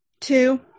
Two